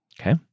Okay